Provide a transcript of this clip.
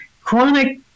chronic